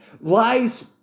lies